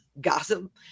gossip